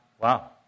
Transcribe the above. wow